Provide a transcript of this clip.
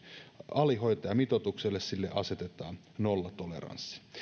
alihoitajamitoitukselle sille asetetaan nollatoleranssi